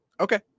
Okay